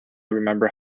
remember